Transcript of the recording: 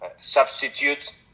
substitute